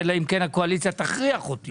אלא אם כן הקואליציה תכריח אותי.